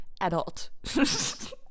Adult